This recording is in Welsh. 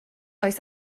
oes